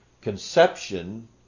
conception